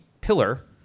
pillar